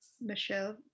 Michelle